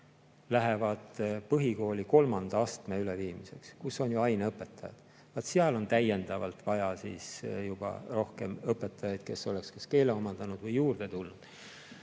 lähevad põhikooli kolmanda astme üleviimiseks, kus on ju aineõpetajad. Vaat seal on täiendavalt vaja juba rohkem õpetajaid, kes oleks kas keele omandanud või juurde tulnud.